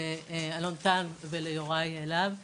לאלון טל וליוראי להב הרצנו,